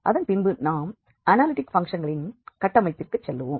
அதன் பின்பு நாம் அனாலிட்டிக் ஃபங்க்ஷன்களின் கட்டமைப்பிற்கு செல்வோம்